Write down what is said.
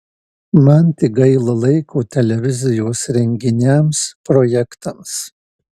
man tik gaila laiko televizijos renginiams projektams